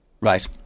Right